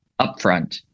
upfront